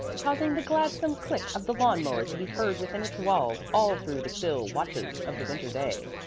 causing the gladsome click of the lawn-mower to be heard within its walls all through the still watches of the winter day?